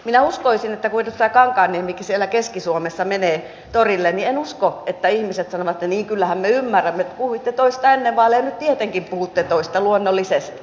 minä en usko kun edustaja kankaanniemikin siellä keski suomessa menee torille että ihmiset sanovat että niin kyllähän me ymmärrämme että puhuitte toista ennen vaaleja ja nyt tietenkin puhutte toista luonnollisesti